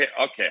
okay